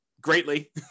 greatly